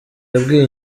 yabwiye